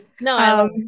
no